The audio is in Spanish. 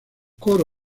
coro